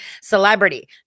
celebrity